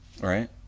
Right